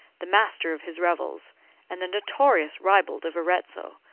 the master of his revels and the notorious ribald of arezzo,